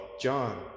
John